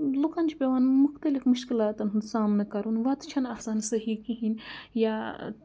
لُکَن چھِ پٮ۪وان مُختلِف مُشکِلاتَن ہُنٛد سامنہٕ کَرُن وَتہٕ چھَنہٕ آسان صحیح کِہیٖنۍ یا